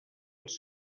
els